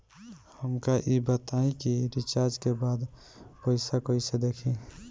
हमका ई बताई कि रिचार्ज के बाद पइसा कईसे देखी?